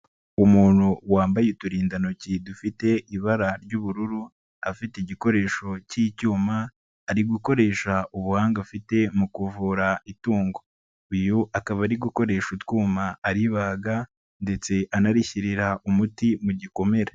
Umuntu wambaye uturindantoki dufite ibara ry'ubururu, afite igikoresho k'icyuma, ari gukoresha ubuhanga afite mu kuvura itungo ,uyu akaba ari gukoresha utwuma aribaga ndetse anarishyirira umuti mu gikomere.